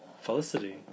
felicity